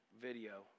video